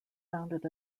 founded